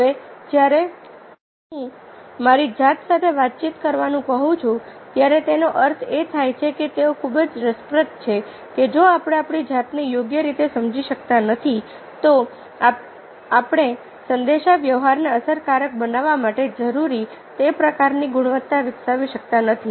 હવે જ્યારે હું મારી જાત સાથે વાતચીત કરવાનું કહું છું ત્યારે તેનો અર્થ એ થાય છે કે તે ખૂબ જ રસપ્રદ છે કે જો આપણે આપણી જાતને યોગ્ય રીતે સમજી શકતા નથી તો આપણે સંદેશાવ્યવહારને અસરકારક બનાવવા માટે જરૂરી તે પ્રકારની ગુણવત્તા વિકસાવી શકતા નથી